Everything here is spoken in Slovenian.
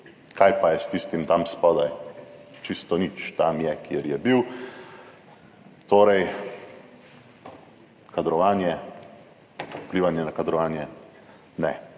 Kaj pa je s tistim tam spodaj? Čisto nič. Tam je, kjer je bil. Torej, kadrovanje, vplivanje na kadrovanje. Ne.